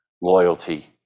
loyalty